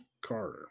Carter